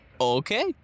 Okay